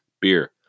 beer